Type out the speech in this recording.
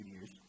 years